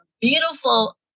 beautiful